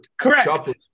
Correct